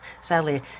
sadly